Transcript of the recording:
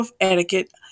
Etiquette